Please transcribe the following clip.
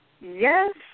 Yes